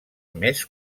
més